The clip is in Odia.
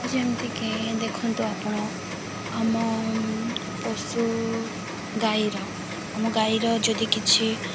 ଯେମିତିକି ଦେଖନ୍ତୁ ଆପଣ ଆମ ପଶୁ ଗାଈର ଆମ ଗାଈର ଯଦି କିଛି